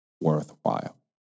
worthwhile